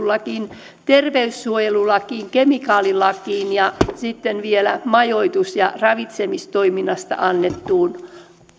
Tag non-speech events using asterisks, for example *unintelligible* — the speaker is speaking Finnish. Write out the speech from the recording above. *unintelligible* lakiin terveyssuojelulakiin kemikaalilakiin ja sitten vielä majoitus ja ravitsemustoiminnasta annettuun